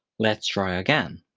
let's try again.